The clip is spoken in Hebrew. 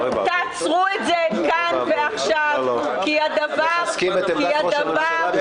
תעצרו את זה כאן ועכשיו --- מחזקים את ידי ראש הממשלה בצורה מוחלטת.